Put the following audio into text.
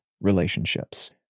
relationships